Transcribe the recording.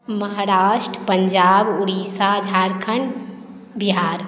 Maharashtra Punjab Odisha Jharkhand Bihar